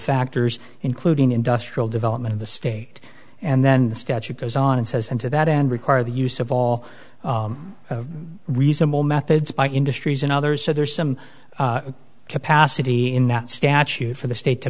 factors including industrial development of the state and then the statute goes on and says and to that end require the use of all reasonable methods by industries and others so there's some capacity in that statute for the state to